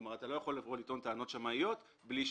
כלומר, אתה לא יכול לטעון טענות שמאיות בלי שמאי.